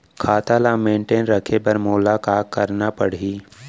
खाता ल मेनटेन रखे बर मोला का करना पड़ही?